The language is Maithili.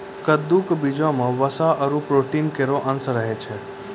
कद्दू क बीजो म वसा आरु प्रोटीन केरो अंश रहै छै